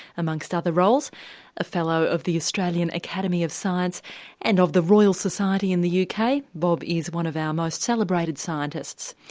amongst other roles a fellow of the australian academy of science and of the royal society in the uk. kind of bob is one of our most celebrated scientists.